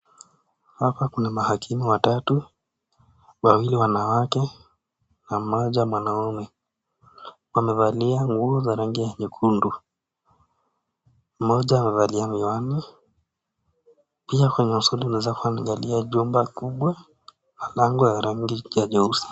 Hapa kuna mahakimu watatu, wawili wanawake na mmoja mwanaume wamevalia nguo za rangi ya nyekundu. Mmoja amevalia miwani, pia ameangalia jumba kubwa yenye lango ya rangi ya nyeusi.